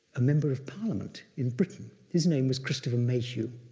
a member of parliament in britain. his name was christopher mayhew,